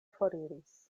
foriris